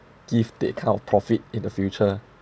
give the account of profit in the future